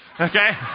Okay